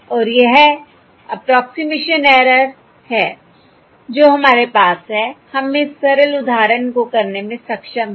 और यह approximation error है जो हमारे पास है हम इस सरल उदाहरण को करने में सक्षम हैं